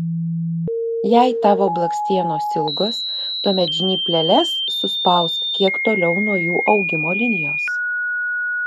jei tavo blakstienos ilgos tuomet žnypleles suspausk kiek toliau nuo jų augimo linijos